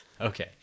okay